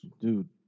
Dude